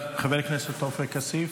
חבר הכנסת עופר כסיף,